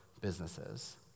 businesses